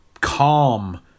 calm